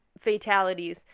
fatalities